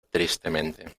tristemente